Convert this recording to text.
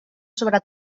sobre